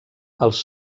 els